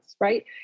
right